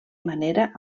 manera